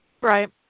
Right